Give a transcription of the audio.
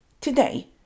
today